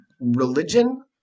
religion